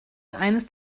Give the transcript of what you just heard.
eines